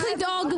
לא משסעים,